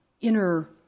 inner